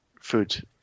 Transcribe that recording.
food